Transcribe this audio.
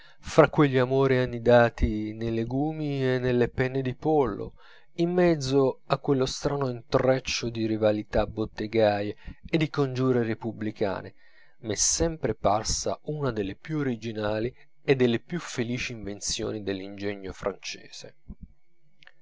fra quegli amori annidati nei legumi e nelle penne di pollo in mezzo a quello strano intreccio di rivalità bottegaie e di congiure repubblicane m'è sempre parsa una delle più originali e delle più felici invenzioni dell'ingegno francese